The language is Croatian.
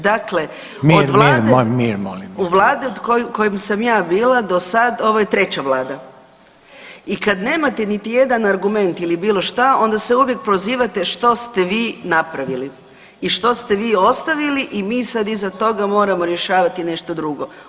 Dakle, [[Upadica: Mir, mir, mir molim vas]] od vlade, u vladi u kojoj sam ja bila do sad ovo je treća vlada i kad nemate niti jedan argument ili bilo šta onda se uvijek prozivate što ste vi napravili i što ste vi ostavili i mi sad iza toga moramo rješavati nešto drugo.